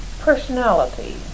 personality